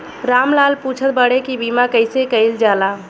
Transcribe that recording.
राम लाल पुछत बाड़े की बीमा कैसे कईल जाला?